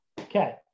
Okay